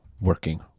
working